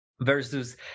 versus